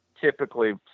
typically